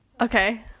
Okay